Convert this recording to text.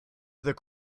the